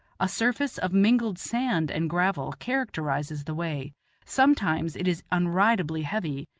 a surface of mingled sand and gravel characterizes the way sometimes it is unridably heavy,